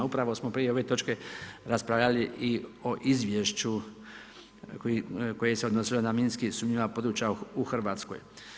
Upravo smo prije ove točke raspravljali i o izvješću koje se odnosilo na minski sumnjiva područja u Hrvatskoj.